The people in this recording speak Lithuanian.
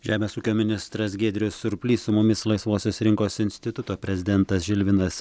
žemės ūkio ministras giedrius surplys su mumis laisvosios rinkos instituto prezidentas žilvinas